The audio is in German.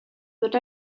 wird